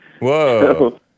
Whoa